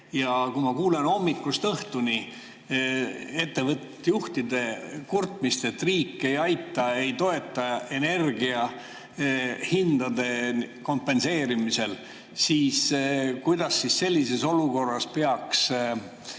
Ja ma kuulen hommikust õhtuni ettevõtete juhtide kurtmist, et riik ei aita, ei toeta energiahindade kompenseerimisel. Kuidas sellises olukorras peaks